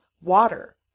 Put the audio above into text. water